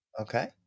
okay